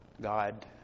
God